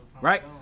right